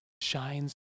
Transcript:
shines